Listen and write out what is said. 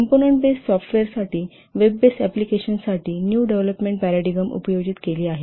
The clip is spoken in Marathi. कंपोनंन्ट बेस सॉफ्टवेअर साठी वेब बेस एप्लिकेशनसाठी न्यू पाराडिंगम उपयोजीत केली आहेत